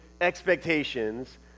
expectations